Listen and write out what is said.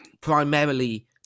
primarily